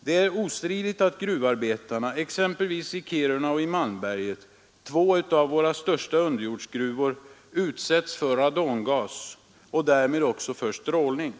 Det torde vara ostridigt att gruvarbetarna exempelvis i Kiruna och Malmberget — två av våra största underjordsgruvor — utsätts för radongas och därmed för strålning.